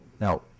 Now